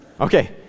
Okay